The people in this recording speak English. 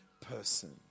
person